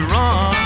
run